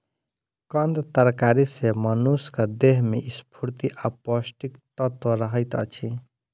कंद तरकारी सॅ मनुषक देह में स्फूर्ति आ पौष्टिक तत्व रहैत अछि